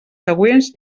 següents